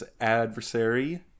adversary